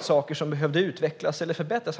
saker som behövde utvecklas eller förbättras.